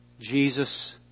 Jesus